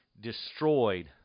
destroyed